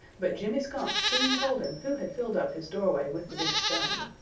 but jimmy skunk soon told him who had filled up his doorway with the big stone.